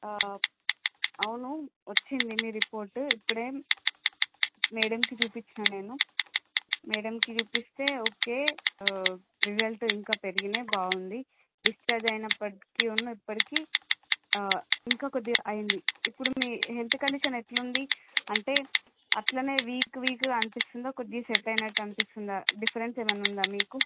అవును వచ్చింది మీ రిపోర్ట్ ఇప్పుడే మేడంకి చూపించాను నేను మేడంకి చూపిస్తే ఓకే రిజల్ట్ ఇంకా పెరిగాయి బాగుంది డిశ్చార్జ్ అయిన్నప్పటికీను ఇప్పటికి ఇంకా కొద్దిగా అయింది ఇప్పుడు మీ హెల్త్ కండిషన్ ఎలా ఉంది అంటే అలాగే వీక్ వీక్గా అనిపిస్తుందా కొద్దిగా సెట్ అయినట్టు అనిపిస్తుందా డిఫరెన్స్ ఏమైనా ఉందా మీకు